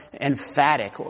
emphatic